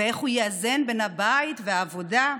ואיך הוא יאזן בין הבית לעבודה.